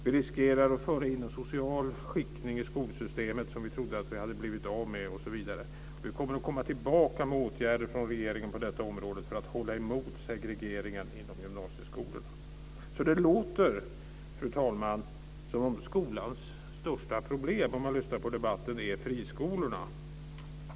Vi riskerar att föra in en social skiktning i skolsystemet som vi trodde att vi hade blivit av med osv., sade han, och fortsatte: Vi kommer att komma tillbaka med åtgärder från regeringen på detta område för att hålla emot segregeringen inom gymnasieskolorna. Fru talman! Om man lyssnar på debatten låter det alltså som om skolans största problem är friskolorna.